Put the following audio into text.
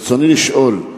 רצוני לשאול: